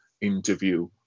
interview